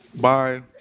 Bye